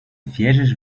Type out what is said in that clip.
wierzysz